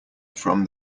from